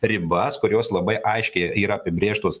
ribas kurios labai aiškiai yra apibrėžtos